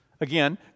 Again